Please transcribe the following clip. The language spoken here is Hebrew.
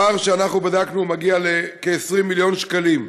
הפער שאנחנו בדקנו מגיע לכ-20 מיליון שקלים.